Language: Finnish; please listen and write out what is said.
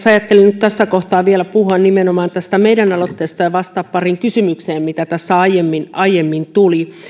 ajattelin nyt tässä kohtaa vielä puhua nimenomaan meidän aloitteestamme ja vastata pariin kysymykseen mitä tässä aiemmin aiemmin tuli